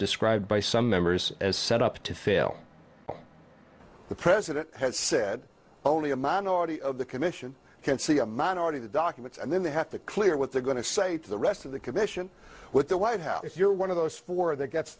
described by some members as set up to fail the president has said only a minority of the commission can see a minority of the documents and then they have to clear what they're going to say to the rest of the commission with the white house if you're one of those four that gets